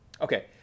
Okay